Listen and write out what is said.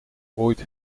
ooit